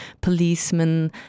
policemen